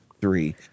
three